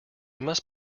must